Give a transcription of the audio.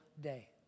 day